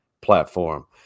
platform